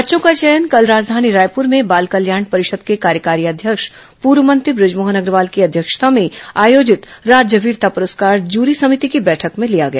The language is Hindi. बच्चों का चयन कल राजधानी रायपुर में बाल कल्याण परिषद के कार्यकारी अध्यक्ष पूर्व मंत्री बजमोहन अग्रवाल की अध्यक्षता में आयोजित राज्य वीरता पुरस्कार जूरी समिति की बैठक में किया गया